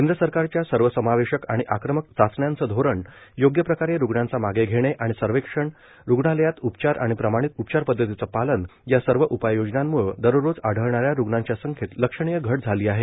केंद्र सरकारच्या सर्वसमावेशक आणि आक्रमक चाचण्यांचं धोरण योग्य प्रकारे रुग्णांचा मागे घेणे आणि सर्वेक्षण रूग्णालयात उपचार आणि प्रमाणित उपचार पद्धतींचं पालन या सर्व उपाययोजनांम्ळं दररोज आढळणाऱ्या रुग्णांच्या संख्येत लक्षणीय घट झाली आहे